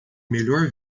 melhor